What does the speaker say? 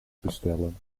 bestellen